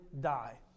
die